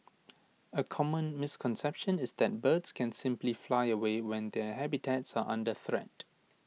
A common misconception is that birds can simply fly away when their habitats are under threat